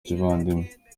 kivandimwe